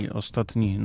ostatni